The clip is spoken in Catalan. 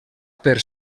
per